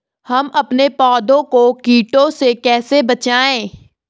हम अपने पौधों को कीटों से कैसे बचाएं?